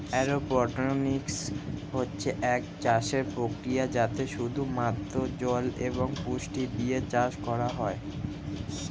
aeroponics হচ্ছে একটা চাষের প্রক্রিয়া যাতে শুধু মাত্র জল এবং পুষ্টি দিয়ে চাষ করা হয়